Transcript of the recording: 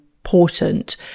important